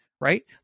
right